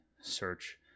search